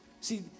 See